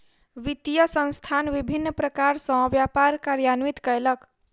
वित्तीय संस्थान विभिन्न प्रकार सॅ व्यापार कार्यान्वित कयलक